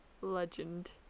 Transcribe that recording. Legend